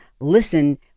listen